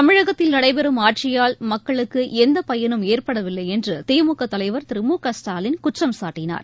தமிழகத்தில் நடைபெறும் ஆட்சியால் மக்களுக்குளந்தப் பயனும் ஏற்படவில்லைஎன்றுதிமுகதலைவர் திரு மு க ஸ்டாலின் குற்றம்சாட்டினார்